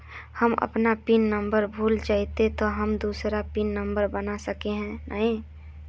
हम अपन pin number भूल जयबे ते हम दूसरा पिन नंबर बना सके है नय?